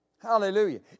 Hallelujah